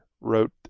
wrote